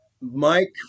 Mike